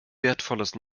wertvolles